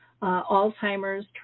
Alzheimer's